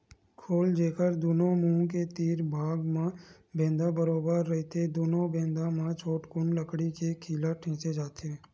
खोल, जेखर दूनो मुहूँ के तीर भाग म बेंधा बरोबर रहिथे दूनो बेधा म छोटकुन लकड़ी के खीला ठेंसे जाथे